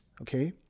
Okay